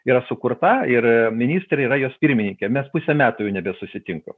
yra sukurta ir ministrė yra jos pirmininkė mes pusę metų jau nebesusitinkam